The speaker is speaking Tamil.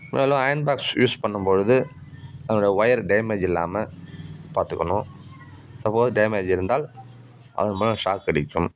முன்னெல்லாம் அயன் பாக்ஸ் யூஸ் பண்ணும் பொழுது அதனுடைய ஒயர் டேமேஜ் இல்லாமல் பார்த்துக்கணும் சப்போஸ் டேமேஜ் இருந்தால் அதன் மூலம் ஷாக் அடிக்கும்